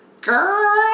Girl